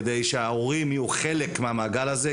כדי שההורים יהיו חלק מהמעגל הזה,